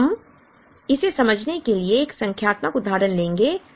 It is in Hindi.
तो हम इसे समझाने के लिए एक संख्यात्मक उदाहरण लेंगे